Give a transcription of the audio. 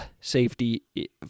safety